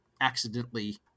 accidentally